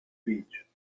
beach